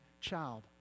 child